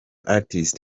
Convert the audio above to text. artist